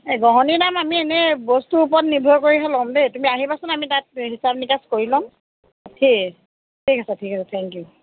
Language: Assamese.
এ গঢ়নি দাম আমি এনে বস্তুৰ ওপৰত নিৰ্ভৰ কৰিহে ল'ম দেই তুমি আহিবাচোন আমি তাত হিচাপ নিকাচ কৰি ল'ম ঠিক ঠিক আছে ঠিক আছে থেংকিউ